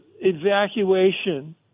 evacuation